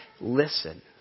Listen